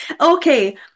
Okay